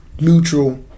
neutral